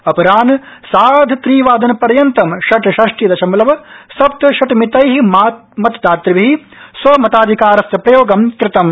अपराह्न सार्धत्रिवादनपर्यन्तं षट्षष्टि दशमलव सप्त षटमितै मतदातृभि स्वमताधिकारस्य प्रयोगं कृतम्